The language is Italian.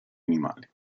animali